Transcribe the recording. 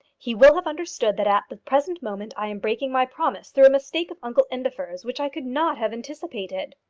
he will have understood that at the present moment i am breaking my promise through a mistake of uncle indefer's which i could not have anticipated.